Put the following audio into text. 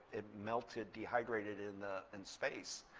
it melted, dehydrated in the and space.